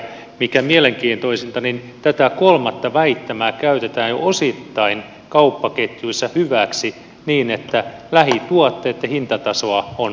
mikä mielenkiintoisinta niin tätä kolmatta väittämää käytetään jo osittain kauppaketjuissa hyväksi niin että lähituotteitten hintatasoa on laskettu